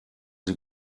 sie